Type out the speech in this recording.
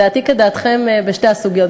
דעתי כדעתכם בשתי הסוגיות,